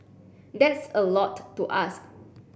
that's a lot to ask